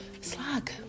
slag